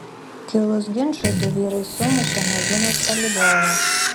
kilus ginčui du vyrai sumušė merginos palydovą